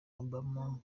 obama